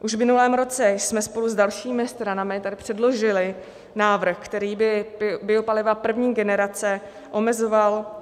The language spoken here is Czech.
Už v minulém roce jsme spolu s dalšími stranami tady předložili návrh, který by biopaliva první generace omezoval.